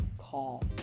Call